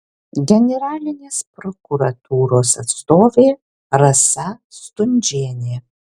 generalinės prokuratūros atstovė rasa stundžienė